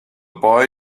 boy